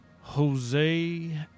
Jose